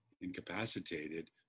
incapacitated